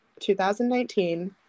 2019